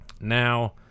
Now